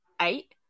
eight